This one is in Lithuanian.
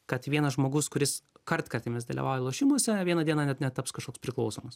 kad vienas žmogus kuris kartkartėmis dalyvauja lošimuose vieną dieną net netaps kažkoks priklausomas